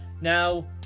Now